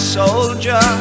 soldier